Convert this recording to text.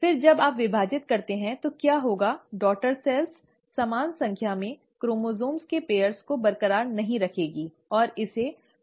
फिर जब आप विभाजित करते हैं तो क्या होगा डॉटर सेल्स समान संख्या में क्रोमोसोम के जोड़े को बरकरार नहीं रखेंगी और इससे पॉलीप्साइडpolyploidy' हो जाएगा